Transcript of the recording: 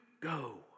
go